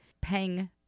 Peng